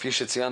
כפי שציינת,